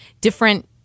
different